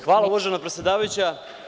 Hvala uvažena predsedavajuća.